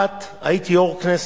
את היית יושבת-ראש הכנסת,